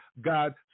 God